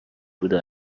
بوده